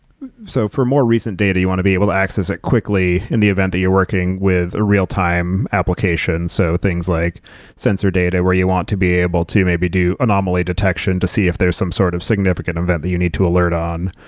so, for more recent data, you want to be able to access it quickly in the event that you're working with a real-time application. so, things like sensor data where you want to be able to maybe do anomaly detection to see if there's some sort of significant event that you need to alert on,